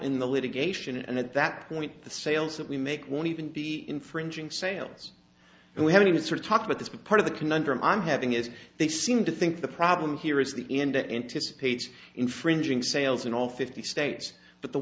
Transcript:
in the litigation and at that point the sales that we make won't even be infringing sales and we haven't even sort of talked about this but part of the conundrum i'm having is they seem to think the problem here is the end anticipates infringing sales in all fifty states but the